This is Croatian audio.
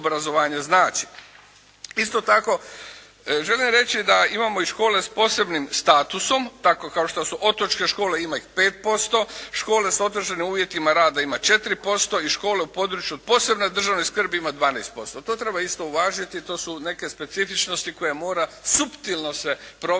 Isto tako želim reći da imamo i škole s posebnim statusom, tako kao što su otočke škole ima ih 5%, škole s otežanim uvjetima rada ima 4% i škole u području od posebne državne skrbi ima 12%. To treba isto uvažiti, to su neke specifičnosti koje mora suptilo se provesti